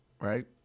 Right